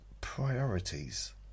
priorities